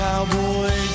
Cowboy